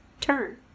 turn